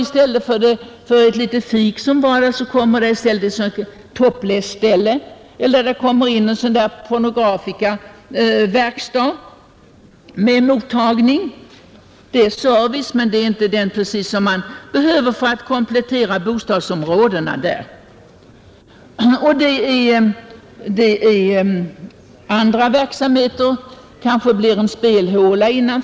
I stället för ett litet fik kommer ett topless-ställe eller en pornografikaverkstad med mottagning. Det är service, men det är inte precis den som man behöver för att komplettera annan service i bostadsområdena där. Det kommer också andra verksamheter till de lediga lokalerna.